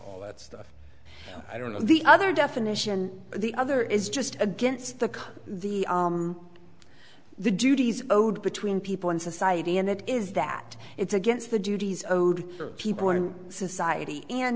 all that stuff i don't know the other definition the other is just against the the the duties owed between people in society and that is that it's against the duties owed to people in society and